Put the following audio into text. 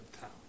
town